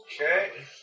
Okay